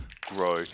grow